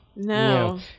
No